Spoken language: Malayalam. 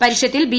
പരിഷത്തിൽ ബി